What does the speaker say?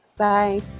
Bye